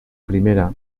primera